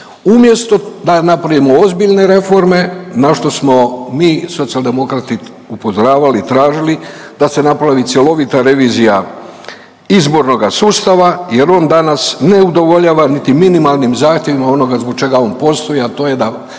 Umjesto da napravimo ozbiljne reforme na što smo mi Socijaldemokrati upozoravali i tražili da se napraviti cjelovita revizija izbornoga sustava jer on danas ne udovoljava niti minimalnim zahtjevima onoga zbog čega on postoji, a to je da